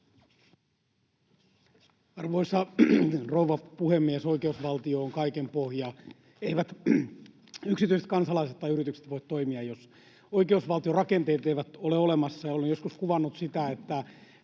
Arvoisa rouva puhemies! Oikeusvaltio on kaiken pohja. Eivät yksityiset kansalaiset tai yritykset voi toimia, jos oikeusvaltion rakenteet eivät ole olemassa. Olen joskus kuvannut sitä, että